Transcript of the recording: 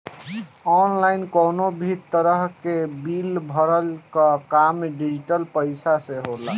online कवनो भी तरही कअ बिल भरला कअ काम डिजिटल पईसा से होला